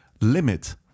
limit